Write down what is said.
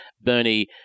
Bernie